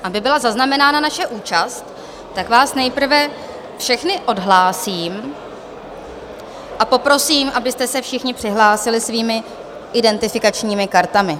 Aby byla zaznamenána naše účast, tak vás nejprve všechny odhlásím a poprosím, abyste se všichni přihlásili svými identifikačními kartami.